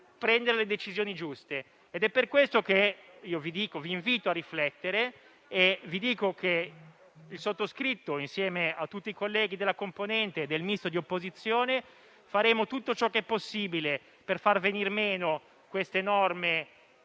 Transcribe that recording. prendere le decisioni giuste. Per questo vi invito a riflettere e vi dico che il sottoscritto, insieme a tutti i colleghi della componente di opposizione del Gruppo Misto, farò tutto ciò che è possibile per far venir meno queste norme